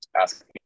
asking